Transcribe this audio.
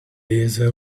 this